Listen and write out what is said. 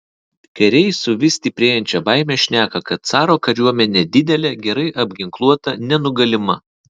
kariai su vis stiprėjančia baime šneka kad caro kariuomenė didelė gerai apginkluota nenugalima